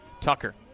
Tucker